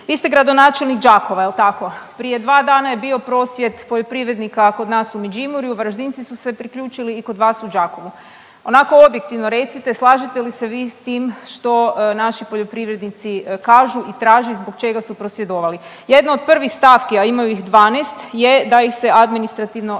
Vi ste gradonačelnik Đakova, jel tako? Prije dva dana je bio prosvjed poljoprivrednika kod nas u Međimurju, Varaždinci su se priključili i kod vas u Đakovu. Onako objektivno recite, slažete li se vi s tim što naši poljoprivrednici kažu i traže i zbog čega su prosvjedovali? Jedna od prvih stavki, a imaju ih 12 je da ih se administrativno rastereti.